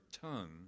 tongue